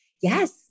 yes